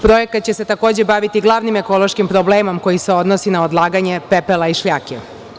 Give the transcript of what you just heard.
Projekat će se, takođe, baviti glavnim ekološkim problemom koji se odnosi na odlaganje pepela i šljake.